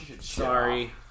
Sorry